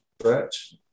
stretch